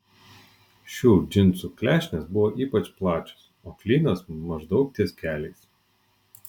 šių džinsų klešnės buvo ypač plačios o klynas maždaug ties keliais